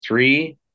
Three